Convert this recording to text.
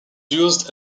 used